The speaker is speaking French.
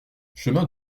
chemin